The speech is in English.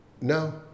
No